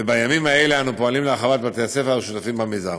ובימים אלה אנו פועלים להרחבת בתי-הספר השותפים במיזם.